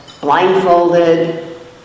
blindfolded